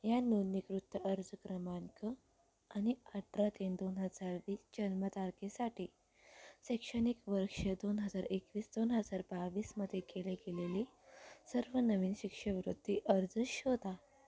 या नोंदणीकृत अर्ज क्रमांक आणि अठरा तीन दोन हजार वीस जन्मतारखेसाठी शैक्षणिक वर्ष दोन हजार एकवीस दोन हजार बावीसमध्ये केले गेलेली सर्व नवीन शिष्यवृत्ती अर्ज शोधा